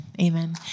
Amen